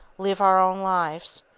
live our own lives,